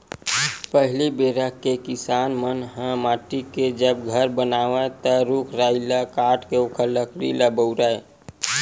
पहिली बेरा के किसान मन ह माटी के जब घर बनावय ता रूख राई ल काटके ओखर लकड़ी ल बउरय